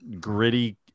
gritty